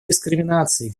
дискриминации